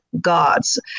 gods